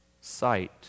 sight